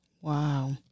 Wow